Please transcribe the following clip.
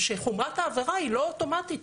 שחומרת העבירה היא לא אוטומטית.